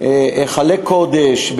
בהיכלי קודש,